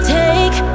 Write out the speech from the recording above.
take